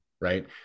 right